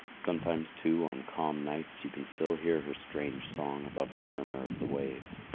sometimes, too, on calm nights you can still hear her strange song above the murmur of the waves.